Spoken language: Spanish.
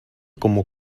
como